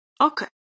Okay